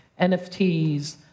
NFTs